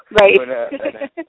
Right